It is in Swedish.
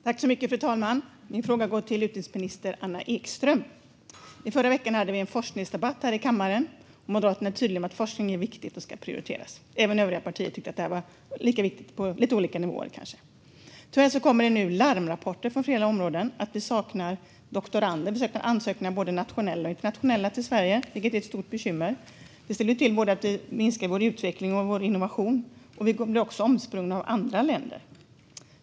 Fru talman! Min fråga går till utbildningsminister Anna Ekström. I förra veckan hade vi en forskningsdebatt här i kammaren. Moderaterna var tydliga med att forskning är viktigt och ska prioriteras, och även övriga partier tyckte att det var viktigt - kanske på lite olika nivåer. Tyvärr kommer det nu larmrapporter från flera områden om att vi saknar doktorander. Vi saknar ansökningar, både nationella och internationella till Sverige, vilket är ett stort bekymmer. Det ställer till det så att vi minskar både vår utveckling och vår innovation, och vi blir också omsprungna av andra länder.